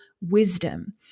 wisdom